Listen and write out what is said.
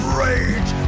rage